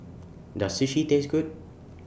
Does Sushi Taste Good